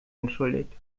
entschuldigt